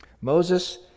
Moses